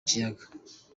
kiyaga